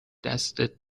دستت